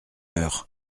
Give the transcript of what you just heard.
heure